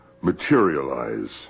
materialize